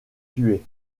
tuer